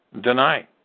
Deny